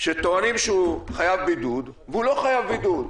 שטוענים שהוא חייב בידוד והוא לא חייב בידוד.